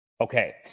Okay